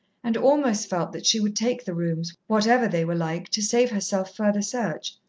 and almost felt that she would take the rooms, whatever they were like, to save herself further search.